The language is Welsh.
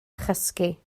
chysgu